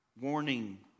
warning